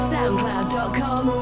SoundCloud.com